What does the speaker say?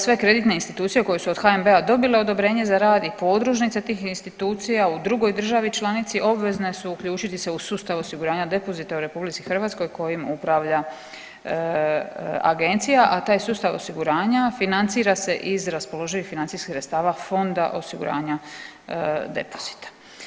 Sve kreditne institucije koje su od HNB-a dobile odobrenje za rad i podružnice tih institucija u drugoj državi članici obvezne su uključiti se u sustav osiguranja depozita u RH kojim upravlja agencija, a taj sustav osiguranja financira se iz raspoloživih financijskih sredstava Fonda osiguranja depozita.